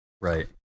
Right